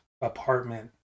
apartment